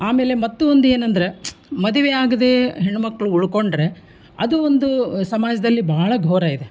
ಆಮೇಲೆ ಮತ್ತೂ ಒಂದು ಏನಂದ್ರೆ ಮದುವೆ ಆಗದೆ ಹೆಣ್ಣುಮಕ್ಳು ಉಳ್ಕೊಂಡರೆ ಅದು ಒಂದು ಸಮಾಜದಲ್ಲಿ ಭಾಳ ಘೋರ ಇದೆ